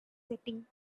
setting